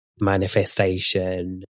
manifestation